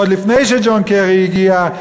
עוד לפני שג'ון קרי הגיע,